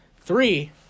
Three